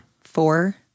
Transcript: Four